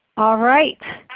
all right.